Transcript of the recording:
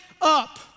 up